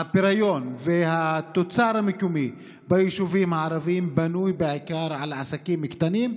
הפריון והתוצר המקומי ביישובים הערביים בנויים בעיקר על עסקים קטנים,